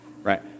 Right